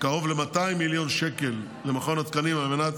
קרוב ל-200 מיליון שקל למכון התקנים על מנת